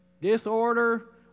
disorder